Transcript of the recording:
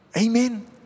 Amen